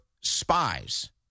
spies